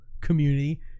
community